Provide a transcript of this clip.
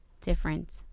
different